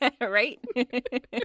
Right